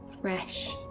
fresh